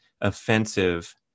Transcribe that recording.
offensive